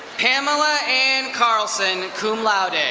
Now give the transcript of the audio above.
pamela anne carlson, cum laude. and